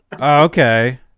Okay